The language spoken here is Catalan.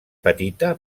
petita